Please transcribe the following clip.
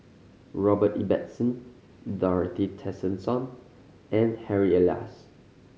Robert Ibbetson Dorothy Tessensohn and Harry Elias